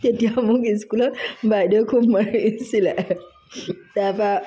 তেতিয়া মোক স্কুলত বাইদেৱে খুব মাৰিছিলে তাৰপা